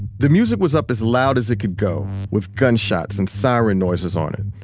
the music was up as loud as it could go, with gunshots and siren noises on it,